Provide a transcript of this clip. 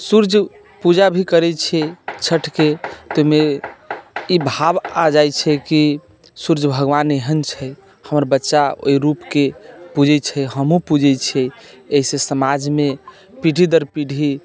सूर्य पूजा भी करैत छियै छठिके तऽ ओहिमे ई भाव आबि जाइत छै कि सूर्य भगवान एहन छै हमर बच्चा ओहि रूपके पूजैत छै हमहूँ पूजैत छियै एहिसे समाजमे पीढ़ी दर पीढ़ी